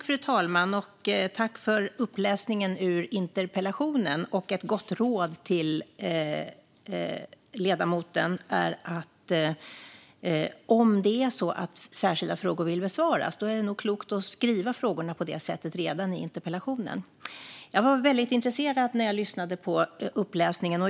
Fru talman! Tack för uppläsningen ur interpellationen, Michael Rubbestad! Ett gott råd till ledamoten är att om man vill att särskilda frågor ska besvaras är det klokt att skriva frågorna på det sättet redan i interpellationen. Jag var väldigt intresserad när jag lyssnade på uppläsningen.